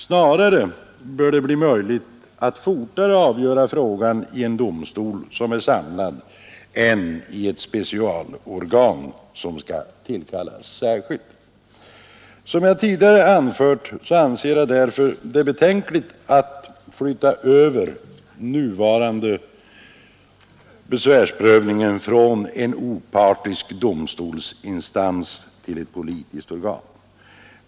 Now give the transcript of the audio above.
Snarare bör det bli möjligt att fortare avgöra frågan i en domstol som är samlad än i ett specialorgan som skall tillkallas särskilt. Som jag tidigare anfört anser jag det därför betänkligt att flytta den nuvarande besvärsprövningen från en opartisk domstolsinstans till ett politiskt organ.